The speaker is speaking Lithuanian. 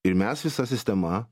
ir mes visa sistema